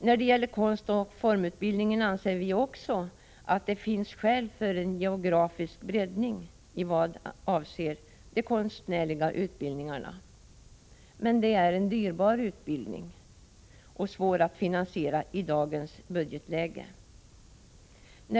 När det gäller konstoch formutbildningen anser vi också att det finns skäl för en geografisk breddning i vad avser de konstnärliga utbildningarna. Det är emellertid en dyrbar utbildning, som är svår att finansiera i dagens budgetläge.